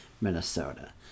minnesota